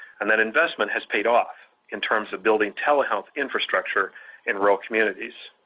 and that investment has paid off in terms of building telehealth infrastructure in rural communities.